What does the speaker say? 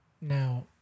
Now